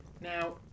Now